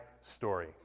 story